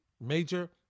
major